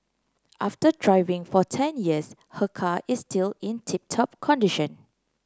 after driving for ten years her car is still in tip top condition